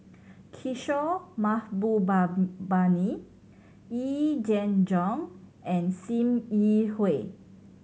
Kishore Mahbuba bani Yee Jenn Jong and Sim Yi Hui